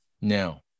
Now